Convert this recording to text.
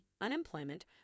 unemployment